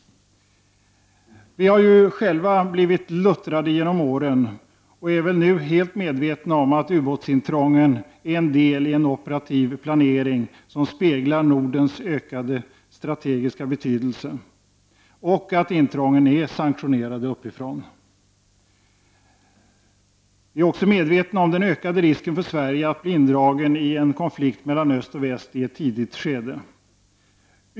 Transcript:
Vi har själva blivit luttrade genom åren. Dock är vi nu helt medvetna om att ubåtsintrången är en del i en operativ planering som speglar Nordens ökade strategiska betydelse samt att intrången är sanktionerade uppifrån. Vi är också medvetna om den ökade risken för Sverige att bli indraget i en konflikt mellan öst och väst i ett tidigt skede.